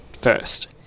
first